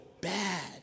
bad